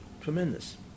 Tremendous